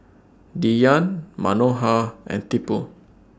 Dhyan Manohar and Tipu